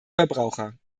verbraucher